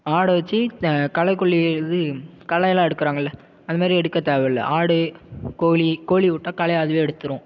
ஆடை வச்சு களைக்கொல்லி இது களைலாம் எடுக்குறாங்கல்ல அது மாரி எடுக்க தேவையில்ல ஆடு கோழி கோழி விட்டா களையை அதுவே எடுத்துரும்